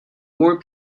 more